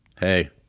hey